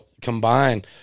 combine